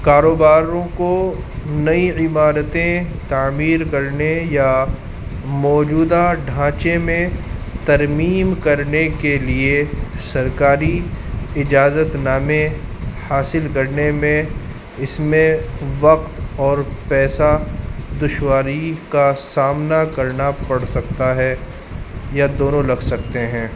کاروباروں کو نئی عمارتیں تعمیر کرنے یا موجودہ ڈھانچے میں ترمیم کرنے کے لیے سرکاری اجازت نامے حاصل کرنے میں اس میں وقت اور پیسہ دشواری کا سامنا کرنا پڑ سکتا ہے یا دونوں لگ سکتے ہیں